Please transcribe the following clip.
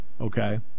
Okay